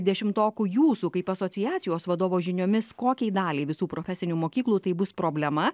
dešimtokų jūsų kaip asociacijos vadovo žiniomis kokiai daliai visų profesinių mokyklų tai bus problema